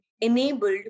enabled